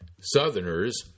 Southerners